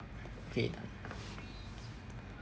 wait ah